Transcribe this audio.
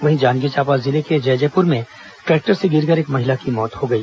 वहीं जांजगीर चांपा जिले के जैजैपुर में ट्रैक्टर से गिरकर एक महिला की मौत हो गई